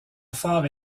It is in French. phare